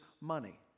money